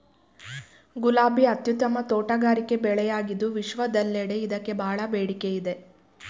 ಗುಲಾಬಿ ಅತ್ಯುತ್ತಮ ತೋಟಗಾರಿಕೆ ಬೆಳೆಯಾಗಿದ್ದು ವಿಶ್ವದೆಲ್ಲೆಡೆ ಇದಕ್ಕೆ ಬಹಳ ಬೇಡಿಕೆ ಇದೆ